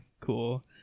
cool